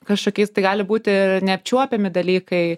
kažkokiais tai gali būti neapčiuopiami dalykai